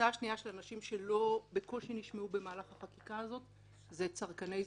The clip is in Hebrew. של אנשים שבקושי נשמעו במהלך החקיקה הזאת הם צרכני הזנות.